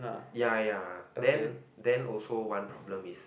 ya ya then then also one problem is